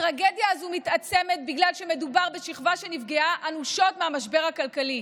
הטרגדיה הזאת מתעצמת בגלל שמדובר בשכבה שנפגעה אנושות מהמשבר הכלכלי.